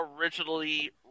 originally